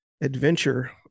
adventure